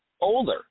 older